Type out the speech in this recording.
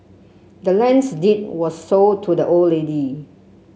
the land's deed was sold to the old lady